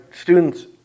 students